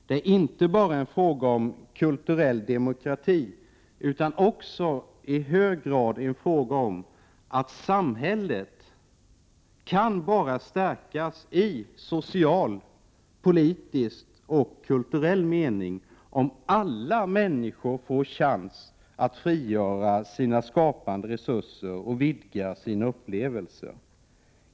Det är inte bara en fråga om kulturell demokrati, utan också i hög grad en fråga om att samhället bara kan stärkas i social, politisk och kulturell mening om alla människor får chans att frigöra sina skapande resurser och vidga sina upplevelser.